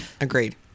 agreed